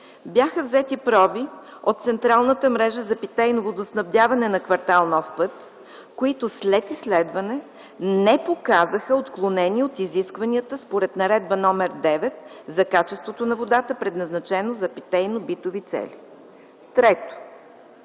бяха взети проби от централната мрежа за питейно водоснабдяване на кв. „Нов път”, които след изследване не показаха отклонения от изискванията според Наредба № 9 за качеството на водата, предназначена за питейно-битови цели. Трето,